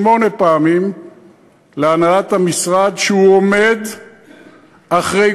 שמונה פעמים להנהלת המשרד שהוא עומד מאחורי